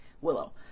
willow